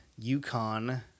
Yukon